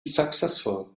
successful